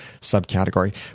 subcategory